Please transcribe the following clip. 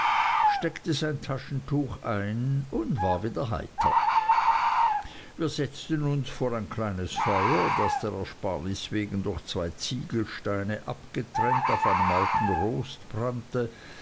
steckte sein taschentuch ein und war wieder heiter wir setzten uns vor ein kleines feuer das der ersparnis wegen durch zwei ziegelsteine abgetrennt auf einem alten rost brannte